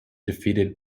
defeated